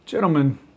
Gentlemen